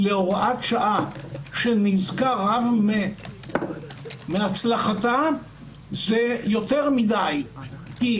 להוראת שעה שנזקה רב מהצלחתה זה יותר מדי; כי